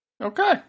Okay